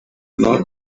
gihangano